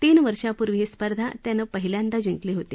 तीन वर्षांपूर्वी ही स्पर्धा त्यांना पहिल्यांदा जिंकली होती